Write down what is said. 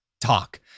talk